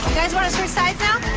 guys wanna switch sides now?